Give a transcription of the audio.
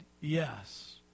yes